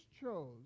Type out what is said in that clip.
chose